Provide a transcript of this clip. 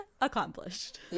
accomplished